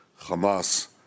Hamas